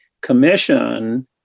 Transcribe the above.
commission